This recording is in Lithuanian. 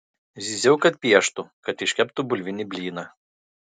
zyziau kad pieštų kad iškeptų bulvinį blyną